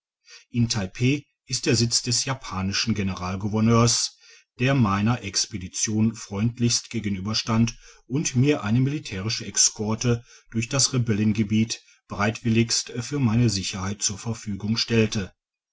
in taipeh ist der sitz des japanischen generalgouverneurs der meiner expedition freundlichst gegenüberstand und mir eine militärische eskorte durch das rebellengebiet bereitwilligst für meine sicherheit zur verfügung stellte